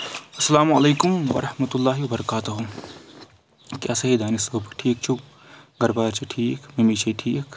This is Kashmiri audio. اسلامُ علیکم ورحمة الله وبرکاتہ کیاہ سا ہے دانِش صٲب ٹھیٖک چھِو گَرٕبار چھا ٹھیٖک ممی چھے ٹھیٖک